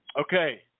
Okay